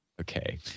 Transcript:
Okay